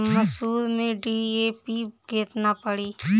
मसूर में डी.ए.पी केतना पड़ी?